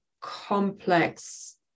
complex